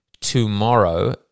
tomorrow